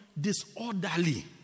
disorderly